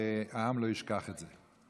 והעם לא ישכח את זה.